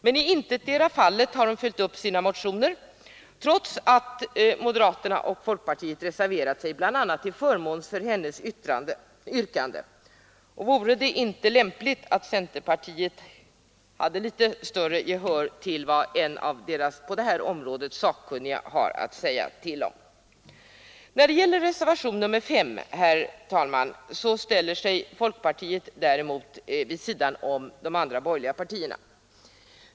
Men i intetdera fallet har hon följt upp sina motioner, trots att moderater och folkpartister har reserverat sig till förmån för hennes yrkande. Vore det inte lämpligt att centerpartiet visade litet större gehör för vad en av deras på detta område sakkunniga har att säga? När det gäller reservationen 5 ställer sig folkpartiet vid sidan om de andra borgerliga partierna.